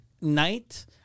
night